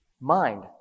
mind